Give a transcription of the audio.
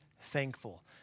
thankful